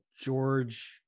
george